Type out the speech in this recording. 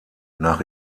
nach